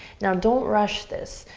now, don't rush this.